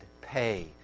pay